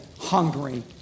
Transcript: hungry